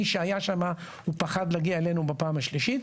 שהיה שם הוא פחד להגיע אלינו בפעם השלישית.